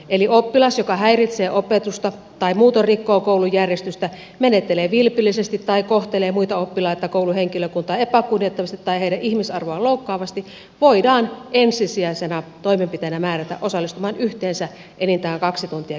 eli oppilas joka häiritsee opetusta tai muutoin rikkoo koulun järjestystä menettelee vilpillisesti tai kohtelee muita oppilaita tai koulun henkilökuntaa epäkunnioittavasti tai heidän ihmisarvoaan loukkaavasti voidaan ensisijaisena toimenpiteenä määrätä osallistumaan yhteensä enintään kaksi tuntia kestävään kasvatuskeskusteluun